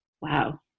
Wow